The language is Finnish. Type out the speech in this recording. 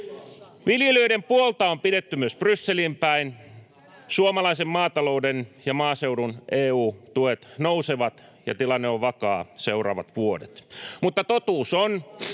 Viljelijöiden puolta on pidetty myös Brysseliin päin. Suomalaisen maatalouden ja maaseudun EU-tuet nousevat, ja tilanne on vakaa seuraavat vuodet, mutta totuus on,